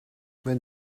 wenn